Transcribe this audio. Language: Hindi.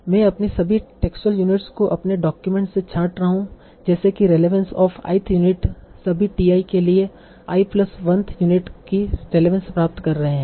मैं अपनी सभी टेक्सुअल यूनिट्स को अपने डॉक्यूमेंट से छाँट रहा हूँ जैसे कि रेलेवंस ऑफ़ ith यूनिट सभी t i के लिए i plus oneth यूनिट की रेलेवंस प्राप्त कर रही है